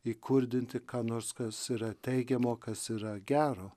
įkurdinti ką nors kas yra teigiamo kas yra gero